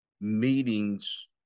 meetings